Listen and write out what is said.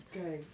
kan